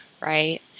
right